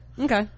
okay